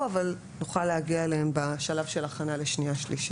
אני אציג את העמדה של המשרד.